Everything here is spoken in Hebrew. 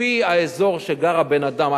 לפי האזור שגר הבן-אדם,